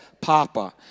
papa